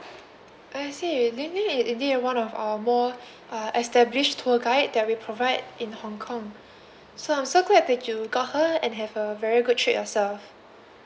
I see lin lin is indeed one of our more established tour guide that we provide in hong kong so I'm so glad that you got her and have a very good trip yourself